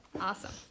Awesome